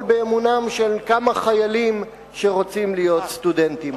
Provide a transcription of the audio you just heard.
באמונם של כמה חיילים שרוצים להיות סטודנטים.